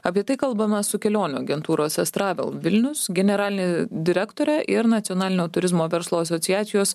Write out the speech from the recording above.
apie tai kalbame su kelionių agentūros estravel vilnius generaline direktore ir nacionalinio turizmo verslo asociacijos